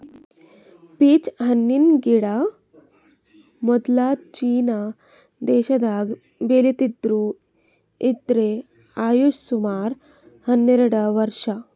peach ಹಣ್ಣಿನ್ ಗಿಡ ಮೊದ್ಲ ಚೀನಾ ದೇಶದಾಗ್ ಬೆಳಿತಿದ್ರು ಇದ್ರ್ ಆಯುಷ್ ಸುಮಾರ್ ಹನ್ನೆರಡ್ ವರ್ಷ್